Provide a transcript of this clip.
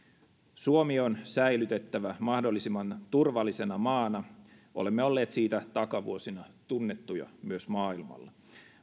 suomi on säilytettävä mahdollisimman turvallisena maana olemme olleet siitä takavuosina tunnettuja myös maailmalla